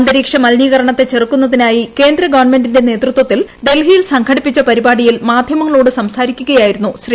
അന്തരീക്ഷ മലിനീകരണത്തെ ചെറുക്കുന്നതിനായി കേന്ദ്ര ഗവൺമെന്റിന്റെ നേതൃത്വത്തിൽ ഡൽഹിയിൽ സംഘടിപ്പിച്ച പരിപാടിയിൽ മാധ്യമങ്ങളോട് സംസാരിക്കുകയായിരുന്നു ശ്രീ